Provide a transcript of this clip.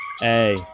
Hey